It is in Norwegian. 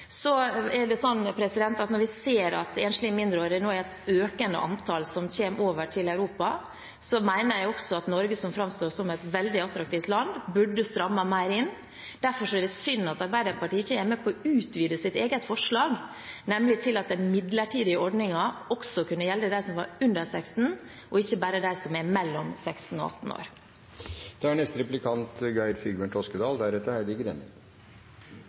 det viktige innstramningsforslaget. Når vi ser at enslige mindreårige nå i økende antall kommer til Europa, mener jeg også at Norge, som framstår som et veldig attraktivt land, burde strammet mer inn. Derfor er det synd at Arbeiderpartiet ikke er med på å utvide sitt eget forslag, nemlig til at den midlertidige ordningen også skal| gjelde dem som er under 16 år, og ikke bare dem som er mellom 16 og 18 år. Vi er